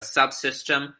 subsystem